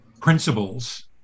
principles